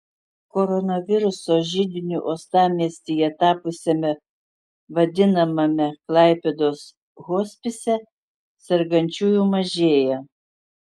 koronaviruso židiniu uostamiestyje tapusiame vadinamame klaipėdos hospise sergančiųjų mažėja